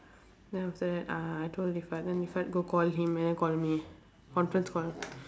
then after that ah I told then go call him and then call me conference call